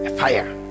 fire